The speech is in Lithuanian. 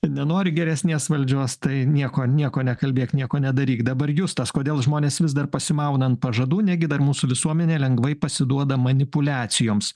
nenori geresnės valdžios tai nieko nieko nekalbėk nieko nedaryk dabar justas kodėl žmonės vis dar pasimauna ant pažadų negi dar mūsų visuomenė lengvai pasiduoda manipuliacijoms